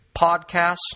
podcast